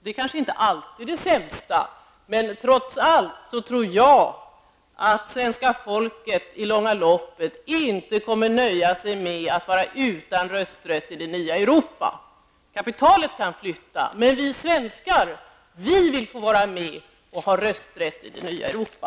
Det är kanske inte alltid det sämsta, men jag tror trots allt att det svenska folket i det långa loppet inte kommer att nöja sig med att vara utan rösträtt i det nya Europa. Kapitalet kan flytta, men vi svenskar vill vara med och ha rösträtt i det nya